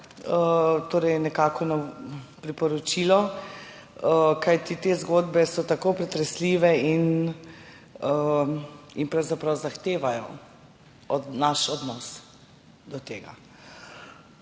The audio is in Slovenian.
vnaprej nekako priporočilo, kajti te zgodbe so tako pretresljive in pravzaprav zahtevajo naš odnos do tega.